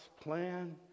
plan